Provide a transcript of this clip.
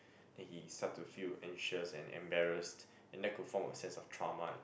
then he start to feel anxious and embarrassed and that could form a sense of trauma